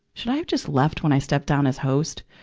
should i have just left when i stepped down as host?